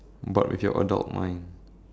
but with your adult mind